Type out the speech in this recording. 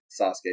Sasuke